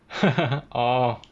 呵呵呵 orh